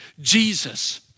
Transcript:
Jesus